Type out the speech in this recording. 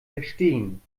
verstehen